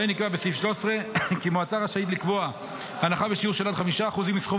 שבהן נקבע בסעיף 13 כי מועצה רשאית לקבוע הנחה בשיעור של עד 5% מסכום